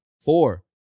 Four